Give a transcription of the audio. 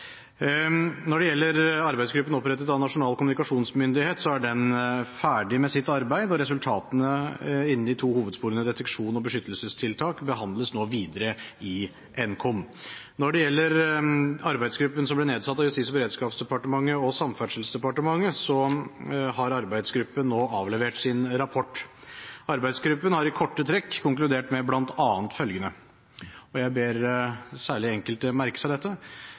Når det gjelder arbeidsgruppen opprettet av Nasjonal kommunikasjonsmyndighet, er den ferdig med sitt arbeid, og resultatene innen de to hovedsporene deteksjon og beskyttelsestiltak behandles nå videre i Nkom. Når det gjelder arbeidsgruppen som ble nedsatt av Justis- og beredskapsdepartementet og Samferdselsdepartementet, har den nå avlevert sin rapport. Arbeidsgruppen har i korte trekk konkludert med bl.a. følgende – og jeg ber særlig enkelte merke seg dette: